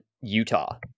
Utah